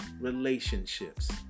relationships